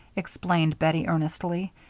explained bettie, earnestly.